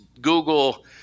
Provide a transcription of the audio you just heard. Google